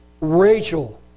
Rachel